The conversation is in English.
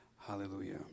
Hallelujah